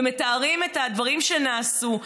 ומתארים את הדברים שנעשו,